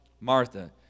Martha